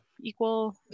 equal